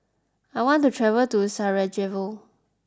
I want to travel to Sarajevo